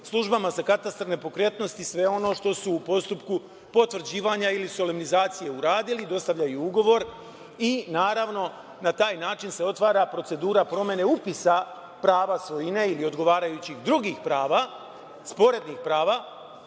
službama za katastar nepokretnosti sve ono što su u postupku potvrđivanja ili solemnizacije uradili dostavljaju ugovor i naravno na taj način se otvara procedura promene upisa prava svojine ili odgovarajućih drugih prava, sporednih prava